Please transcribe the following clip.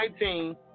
2019